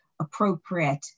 appropriate